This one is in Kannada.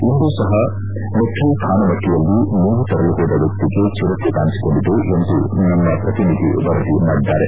ಇಂದು ಸಹ ಮೆಟ್ರ ಖಾನಮಟ್ಟಯಲ್ಲಿ ಮೇವು ತರಲು ಹೋದ ವ್ಯಕ್ತಿಗೆ ಚಿರತೆ ಕಾಣಿಸಿಕೊಂಡಿದೆ ಎಂದು ನಮ್ಮ ಪ್ರತಿನಿಧಿ ವರದಿ ಮಾಡಿದ್ದಾರೆ